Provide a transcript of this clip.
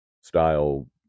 style